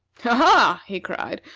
ha! ha! he cried,